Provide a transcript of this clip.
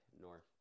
north